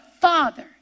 Father